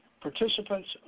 participants